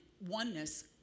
Oneness